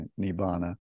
Nibbana